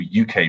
UK